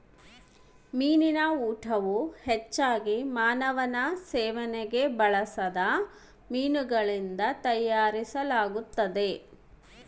ಮೀನಿನ ಊಟವು ಹೆಚ್ಚಾಗಿ ಮಾನವನ ಸೇವನೆಗೆ ಬಳಸದ ಮೀನುಗಳಿಂದ ತಯಾರಿಸಲಾಗುತ್ತದೆ